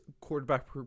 quarterback